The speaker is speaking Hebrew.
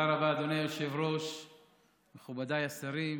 הוא פנה בצוק העיתים בגלל שהוא היה צריך